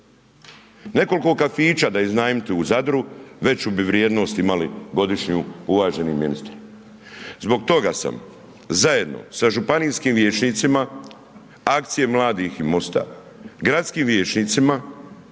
Nekoliko kafića da iznajmite u Zadru veću bi vrijednost imali godišnju uvaženi ministre. Zbog toga sam zajedno sa županijskim vijećnicima, akcije mladih i MOSTA, gradskim vijećnicima